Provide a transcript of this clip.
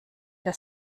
der